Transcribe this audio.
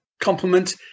compliment